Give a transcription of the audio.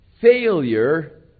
failure